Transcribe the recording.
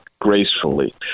gracefully